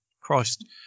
Christ